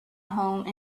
home